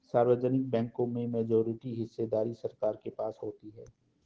सार्वजनिक बैंकों में मेजॉरिटी हिस्सेदारी सरकार के पास होती है